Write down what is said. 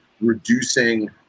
reducing